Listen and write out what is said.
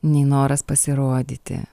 nei noras pasirodyti